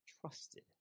trusted